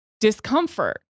discomfort